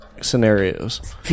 scenarios